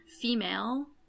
female